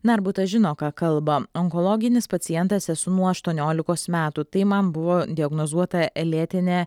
narbutas žino ką kalba onkologinis pacientas esu nuo aštuoniolikos metų tai man buvo diagnozuota lėtinė